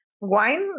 Wine